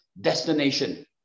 destination